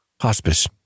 hospice